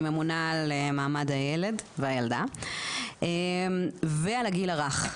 ממונה על מעמד הילד והילדה ועל הגיל הרך.